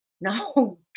No